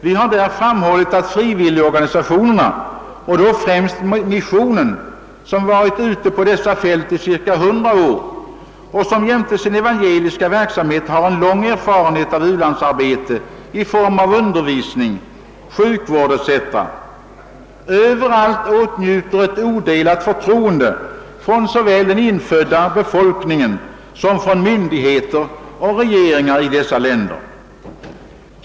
Vi har där framhållit, att frivilligorganisationerna — främst missionen som varit ute på dessa fält i cirka 100 år och som jämte sin evangeliska verksamhet har lång erfarenhet av u-landsarbete i form av undervisning, sjukvård etc. — över allt åtnjuter odelat förtroende från såväl den infödda befolkningen som myndigheter och regeringar i dessa länder.